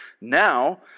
Now